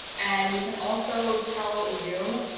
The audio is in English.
and you can also tell zoom.